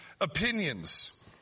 opinions